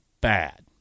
bad